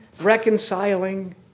reconciling